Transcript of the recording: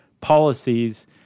policies